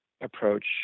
approach